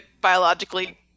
biologically